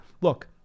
Look